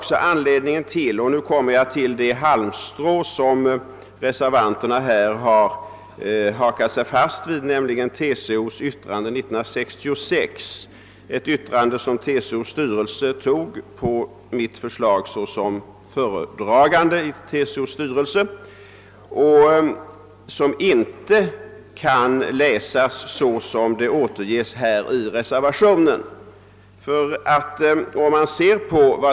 Sedan kommer jag till det halmstrå som reservanterna har klamrat sig fast vid, nämligen TCO:s yttrande år 1966, ett yttrande som TCO:s styrelse antog på mitt förslag såsom föredragande i styrelsen och som inte skall läsas så som det återges i reservationen.